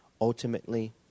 ultimately